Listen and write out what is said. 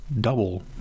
double